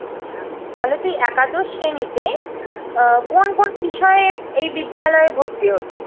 আচ্ছা তাহলে তুই একাদশ শ্রেণিতে কোন কোন বিষয়ে এই বিদ্যালয়ে ভর্তি হবি